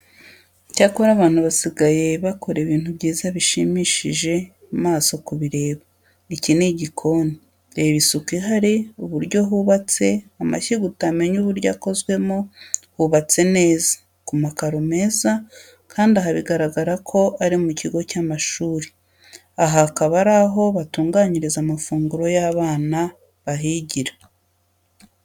Cyakora abantu basigaye bakora ibintu byiza bishimishije amaso kubireba. Iki ni igikoni, reba isuku ihari uburyo hubatse amashyiga utamenya uburyo akozwemo, hubatse neza, ku makaro meza kandi aha biragaragara ko ari mu kigo cy'amashuri. Aha hakaba ari aho batunganyiriza amafunguro y'abana bahigira.